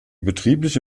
betriebliche